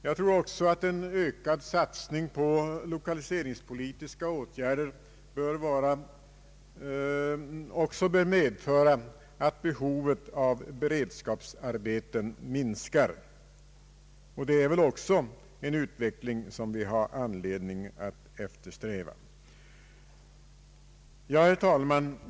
Jag tror att en ökad satsning på lokaliseringspolitiska åtgärder bör medföra att behovet av beredskapsarbeten minskar, och det är väl också en utveckling som vi har anledning att eftersträva. Herr talman!